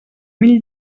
mil